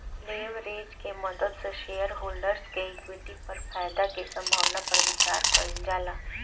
leverage के मदद से शेयरहोल्डर्स के इक्विटी पर फायदा के संभावना पर विचार कइल जाला